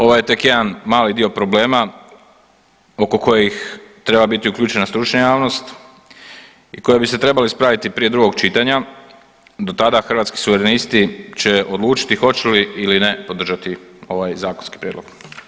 Ovo je tek jedan mali dio problema oko kojih treba biti uključena stručna javnost i koji bi se trebali ispraviti prije drugog čitanja, do tada Hrvatski suverenisti odlučiti hoće li ili ne podržati ovaj zakonski prijedlog.